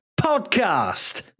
podcast